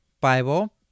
Bible